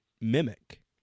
mimic